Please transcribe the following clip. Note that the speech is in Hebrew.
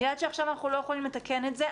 אני יודעת שעכשיו אנחנו לא יכולים לתקן את זה,